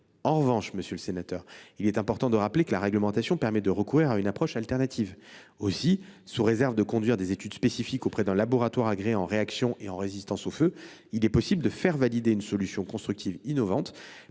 En revanche, il est important de rappeler que la réglementation permet de recourir à une approche alternative. Ainsi, sous réserve d’études spécifiques demandées à un laboratoire agréé en réaction et en résistance au feu, il est possible de faire valider une solution constructive innovante